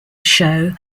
show